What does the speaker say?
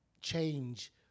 change